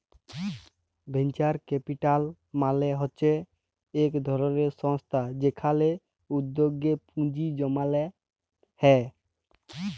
venture capital মালে হচ্যে ইক ধরলের সংস্থা যেখালে উদ্যগে পুঁজি জমাল হ্যয়ে